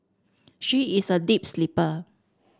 she is a deep sleeper